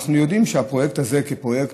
אנחנו יודעים שהפרויקט הזה כפרויקט,